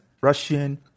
Russian